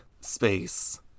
space